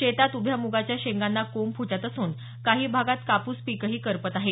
शेतात उभ्या मुगाच्या शेंगांना कोंब फुटत असून काही भागात कापूस पीकही करपत आहे